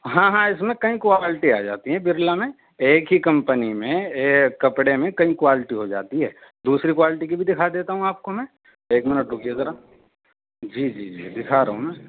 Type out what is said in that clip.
ہاں ہاں اس میں کئی کوالٹی آ جاتیں ہیں برلا میں ایک ہی کمپنی میں ایک کپڑے میں کئی کوالٹی ہو جاتی ہے دوسری کوالٹی کی بھی دکھا دیتا ہوں آپ کو میں ایک منٹ رکیے ذرا جی جی جی دکھا رہا ہوں میں